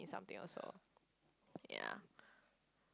something also ya